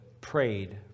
prayed